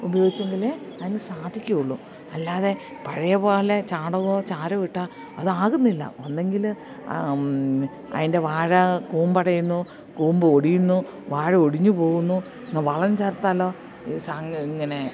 ഉപയോഗിച്ചെങ്കില്ലെ അതിന് സാധിക്കുകയുള്ളു അല്ലാതെ പഴയ പോലെ ചാണകമോ ചാരം ഇട്ടാൽ അതാകുന്നില്ല ഒന്നെങ്കില് അതിൻ്റെ വാഴ കൂമ്പടയുന്നു കൂമ്പൊടിയുന്നു വാഴ ഒടിഞ്ഞ് പോകുന്നു ഇന്ന് വളം ചേർത്താലോ ഈ ഇങ്ങനെ